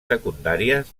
secundàries